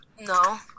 no